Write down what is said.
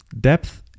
depth